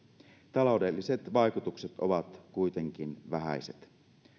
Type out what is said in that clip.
taloudelliset vaikutukset ovat kuitenkin vähäiset